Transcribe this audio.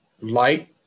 light